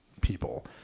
people